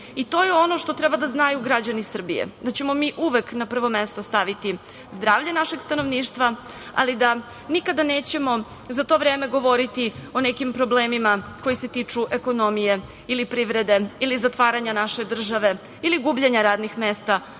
i to je ono što treba da znaju građani Srbije da ćemo mi uvek na prvo mesto staviti zdravlje našeg stanovništva, ali da nikada nećemo za to vreme govoriti o nekim problemima koji se tiču ekonomije ili privrede ili zatvaranja naše države ili gubljenja radnih mesta,